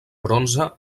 bronze